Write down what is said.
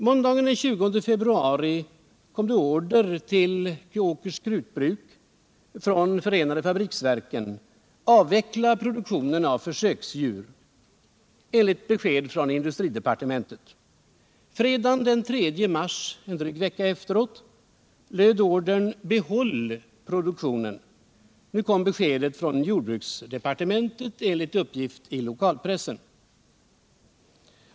Måndagen den 20 februari kom det en order till Åkers Krutbruk från förenade fabriksverken om att produktionen av försöksdjur skulle avvecklas enligt besked från industridepartementet. Fredagen den 3 mars — drygt en vecka efteråt — löd ordern att man skulle behålla produktionen, och nu kom beskedet från jordbruksdepartementet, enligt uppgift i lokalpressen.